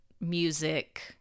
music